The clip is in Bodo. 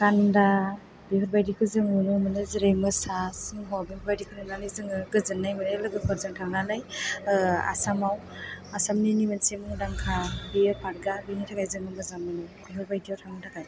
गान्दा बेफोरबायदिखौ जों नुनो मोनो जेरै मोसा सिंह बेफोरबायदिखौ नुनानै जों गोजोननाय मोनो लोगोफोरजों थांनानै आसामआव आसामनिनो मोनसे मुंदांखा बे पार्कआ बेनि थाखाय जों मोजां मोनो बेफोरबायदियाव थांनो थाखाय